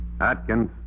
Atkins